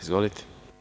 Izvolite.